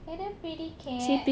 hello pretty cat